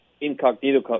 Incognito